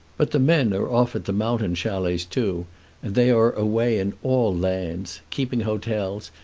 but the men are off at the mountain chalets too, and they are away in all lands, keeping hotels,